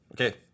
Okay